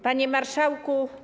Panie Marszałku!